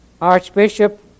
Archbishop